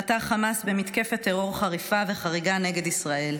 פתח חמאס במתקפת טרור חריפה וחריגה נגד ישראל.